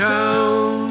Town